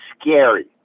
scary